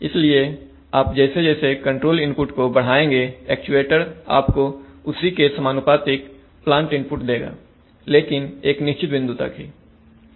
इसलिए आप जैसे जैसे कंट्रोल इनपुट को बढ़ाएंगेएक्चुएटर आपको उसी के समानुपातिक प्लांट इनपुट देगा लेकिन एक निश्चित बिंदु तक ही